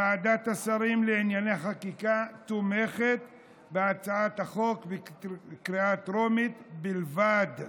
ועדת השרים לענייני חקיקה תומכת בהצעת החוק בקריאה טרומית בלבד,